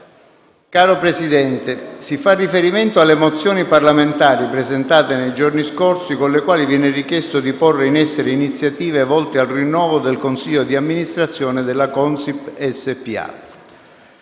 «Caro Presidente, si fa riferimento alle mozioni parlamentari presentate nei giorni scorsi, con le quali viene richiesto di porre in essere iniziative volte al rinnovo del consiglio di amministrazione della Consip SpA.